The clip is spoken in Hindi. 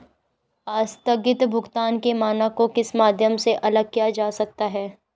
आस्थगित भुगतान के मानक को किस माध्यम से अलग किया जा सकता है?